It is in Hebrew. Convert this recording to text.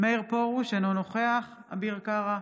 מאיר פרוש, אינו נוכח אביר קארה,